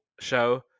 show